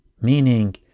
meaning